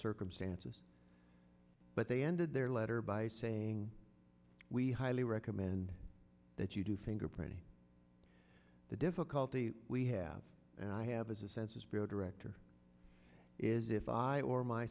circumstances but they ended their letter by saying we highly recommend that you do fingerprinting the difficulty we have and i have as a census bureau director is if i or my